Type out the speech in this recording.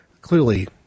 Clearly